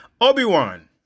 Obi-Wan